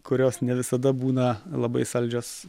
kurios ne visada būna labai saldžios